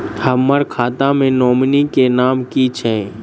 हम्मर खाता मे नॉमनी केँ नाम की छैय